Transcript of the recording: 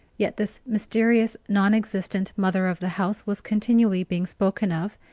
yet this mysterious non-existent mother of the house was continually being spoken of,